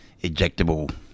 ejectable